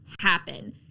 happen